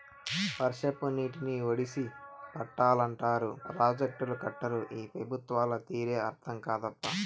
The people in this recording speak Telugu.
వర్షపు నీటిని ఒడిసి పట్టాలంటారు ప్రాజెక్టులు కట్టరు ఈ పెబుత్వాల తీరే అర్థం కాదప్పా